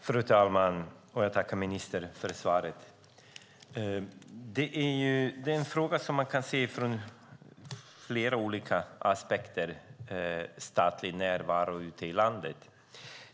Fru talman! Jag tackar ministern för svaret! Frågan om statlig närvaro ute i landet har flera olika aspekter.